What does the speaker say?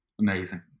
amazing